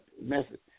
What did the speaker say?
message